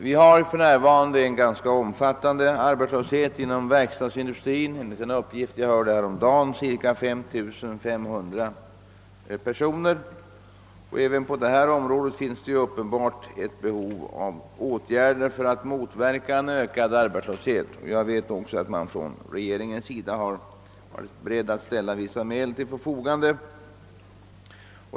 Det finns för närvarande en ganska omfattande arbetslöshet inom vår verkstadsindustri — enligt en uppgift jag hörde häromdagen cirka 5 300 personer — och även på det området behövs uppenbart åtgärder för att motverka en ökad arbetslöshet. Jag vet också att regeringen har varit beredd att ställa vissa medel till förfogande.